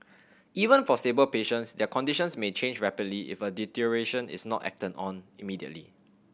even for stable patients their conditions may change rapidly if a deterioration is not acted on immediately